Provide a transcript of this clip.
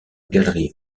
galerie